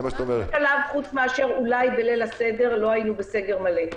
רק בשלב אולי של ליל הסדר לא היינו בסגר מלא.